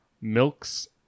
Milks